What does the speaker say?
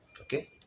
Okay